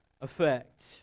effect